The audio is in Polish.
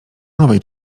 nowej